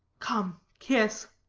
come, kiss